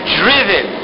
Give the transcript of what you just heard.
driven